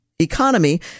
Economy